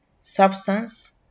substance